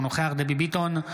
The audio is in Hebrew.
אינו נוכח דבי ביטון,